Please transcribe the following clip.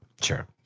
Sure